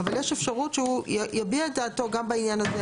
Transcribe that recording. אבל יש אפשרות שהוא יביע את דעתו גם בעניין הזה.